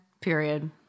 Period